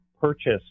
purchase